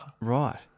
Right